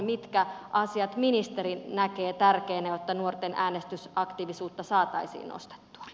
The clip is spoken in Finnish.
mitkä asiat ministeri näkee tärkeinä jotta nuorten äänestysaktiivisuutta saataisiin nostettua